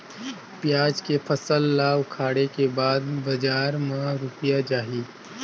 पियाज के फसल ला उखाड़े के बाद बजार मा रुपिया जाही?